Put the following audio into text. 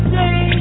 day